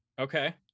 Okay